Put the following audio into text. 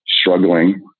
struggling